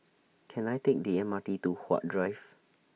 Can I Take The M R T to Huat Drive